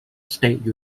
state